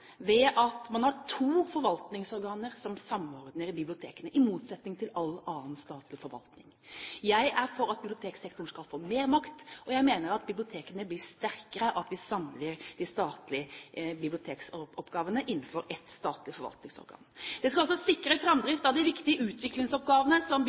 ved at man har to forvaltningsorganer som samordner bibliotekene, i motsetning til all annen statlig forvaltning. Jeg er for at biblioteksektoren skal få mer makt, og jeg mener at bibliotekene blir sterkere av at vi samler de statlige bibliotekoppgavene innenfor ett statlig forvaltningsorgan. Det skal også sikre framdrift av de viktige utviklingsoppgavene som